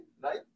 right